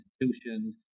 institutions